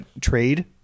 trade